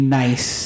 nice